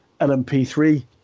LMP3